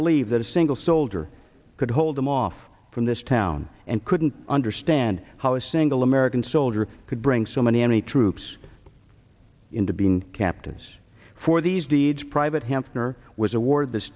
believe that a single soldier could hold them off from this town and couldn't understand how a single american soldier could bring so many troops into being captives for these deeds private hampton or was awarded this